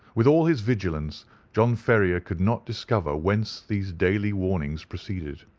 with all his vigilance john ferrier could not discover whence these daily warnings proceeded.